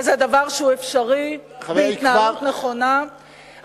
וזה דבר שהוא אפשרי בהתנהלות נכונה,